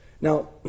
Now